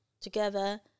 together